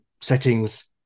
settings